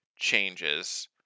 changes